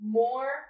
more